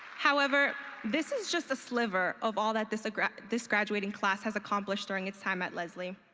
however this is just a sliver of all that this a gra this graduating class has accomplished during its time at lesley.